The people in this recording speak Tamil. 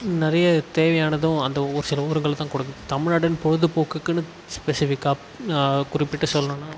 நிறைய தேவையானதும் அந்த ஒரு சில ஊருங்களுக்கு தான் குடு தமிழ்நாடுனு பொழுதுபோக்குக்குனு ஸ்பெசிஃபிக்காக குறிப்பிட்டு சொல்லணும்னா